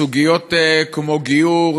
סוגיות כמו גיור,